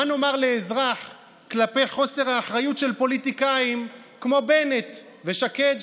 מה נאמר לאזרח כלפי חוסר האחריות של פוליטיקאים כמו בנט ושקד,